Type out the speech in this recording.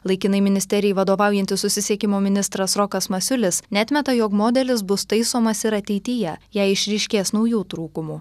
laikinai ministerijai vadovaujantis susisiekimo ministras rokas masiulis neatmeta jog modelis bus taisomas ir ateityje jei išryškės naujų trūkumų